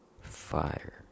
Fire